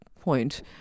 point